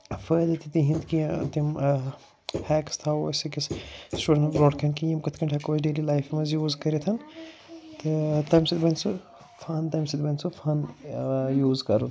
فٲیدٕ تہِ تِہِنٛد کیٚنٛہہ تِم ہیکٕس تھاوو أسۍ أکِس سٕٹوٗڈَنٹ برٛونٛٹھ کَنہِ کہِ یِم کِتھ کٔٹھۍ ہٮ۪کو أسۍ ڈیلی لایفہِ منٛز یوٗز کٔرِتھ تہٕ تَمہِ سۭتۍ بَنہِ سُہ فَن تَمہِ سۭتۍ بَنہِ سُہ فَن یوٗز کَرُن